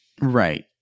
Right